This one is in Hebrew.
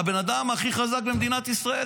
הבן אדם הכי חזק במדינת ישראל,